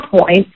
point